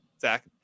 Zach